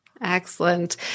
Excellent